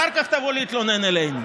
אחר כך תבוא להתלונן עלינו.